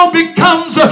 becomes